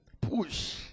Push